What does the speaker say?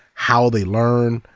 how they learn,